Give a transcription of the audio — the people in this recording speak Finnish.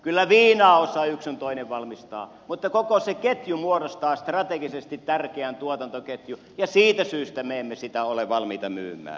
kyllä viinaa osaa yks sun toinen valmistaa mutta koko se ketju muodostaa strategisesti tärkeän tuotantoketjun ja siitä syystä me emme sitä ole valmiita myymään